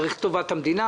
צריך את טובת המדינה,